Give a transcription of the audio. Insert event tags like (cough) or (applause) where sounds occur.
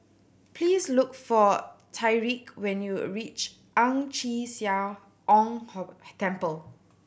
please look for Tyrique when you reach Ang Chee Sia Ong (unintelligible) Temple